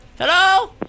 Hello